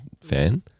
fan